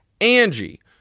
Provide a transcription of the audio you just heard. Angie